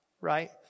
right